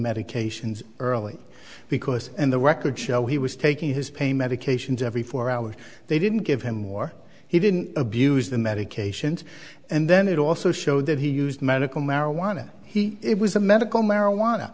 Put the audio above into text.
medications early because in the records show he was taking his pain medications every four hours they didn't give him more he didn't abuse the medications and then it also showed that he used medical marijuana he it was a medical marijuana